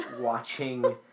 watching